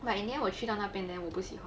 but in the end 我去到那边 then 我不喜欢